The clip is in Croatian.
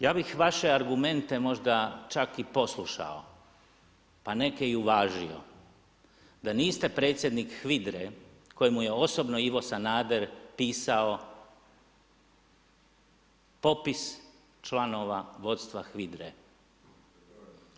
Ja bih vaše argumente možda čak i posluša, pa neke i uvažio da niste predsjednik HVIDR-e kojemu je osobno Ivo Sanader pisao popis članova vodstva HVIDRA-e.